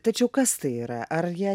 tačiau kas tai yra ar jie